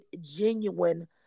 genuine